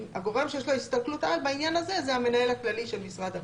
והגורם שיש לו הסתכלות על בעניין הזה הוא המנהל הכללי של משרד הפנים.